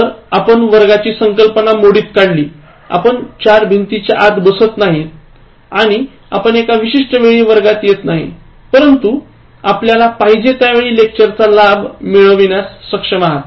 तर आपण वर्गाची संकल्पना मोडीत काढली आपण चार भिंतींच्या आत बसत नाही आहोत आणि आपण एका विशिष्ट वेळी वर्गात येत नाही परंतु आपल्याला पाहिजे त्या वेळी लेक्चरचा लाभ मिळविण्यास सक्षम आहात